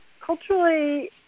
culturally